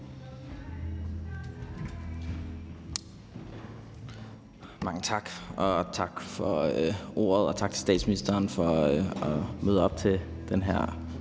Sturis (ALT): Tak for ordet, og tak til statsministeren for at møde op til den her